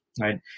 Right